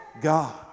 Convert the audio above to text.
God